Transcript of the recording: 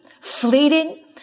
fleeting